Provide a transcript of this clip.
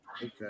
Okay